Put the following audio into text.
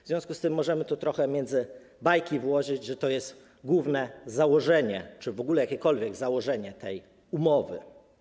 W związku z tym możemy tu między bajki włożyć, że to jest główne założenie czy w ogóle jakiekolwiek założenie tej umowy.